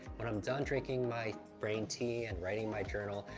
when i'm done drinking my brain tea and writing my journal,